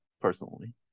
personally